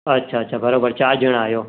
अछा अछा बरोबरु चार ॼणा आहियो